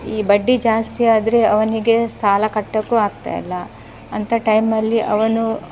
ಈ ಬಡ್ಡಿ ಜಾಸ್ತಿ ಆದರೆ ಅವನಿಗೆ ಸಾಲ ಕಟ್ಟೋಕ್ಕೂ ಆಗ್ತಾ ಇಲ್ಲ ಅಂಥ ಟೈಮಲ್ಲಿ ಅವನು